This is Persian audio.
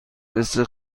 مثل